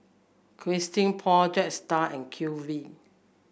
Christian Paul Jetstar and Q V